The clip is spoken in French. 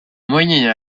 moyen